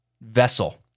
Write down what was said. vessel